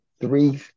three